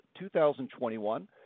2021